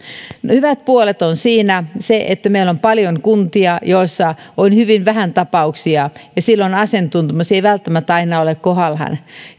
hyviä puolia on se että kun meillä on paljon kuntia joissa on hyvin vähän tapauksia niin silloin asiantuntemus ei välttämättä aina ole kohdallaan